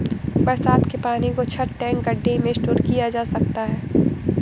बरसात के पानी को छत, टैंक, गढ्ढे में स्टोर किया जा सकता है